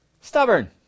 stubborn